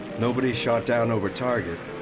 nobody shot down over target,